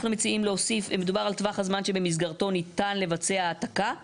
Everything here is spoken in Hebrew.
מדובר על טווח הזמן שבמסגרתו ניתן לבצע העתקה.